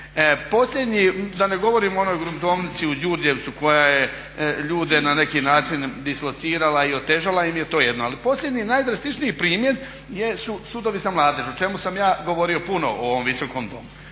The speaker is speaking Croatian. Posljednji, da ne govorim o onoj gruntovnici u Đurđevcu koja je ljude na neki način dislocirala i otežala im je, to je jedno. Ali posljednji najdrastičniji primjer su sudovi za mladež o čemu sam ja govorio puno u ovom Visokom domu.